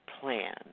plan